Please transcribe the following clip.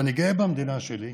ואני גאה במדינה שלי,